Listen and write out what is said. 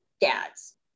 dads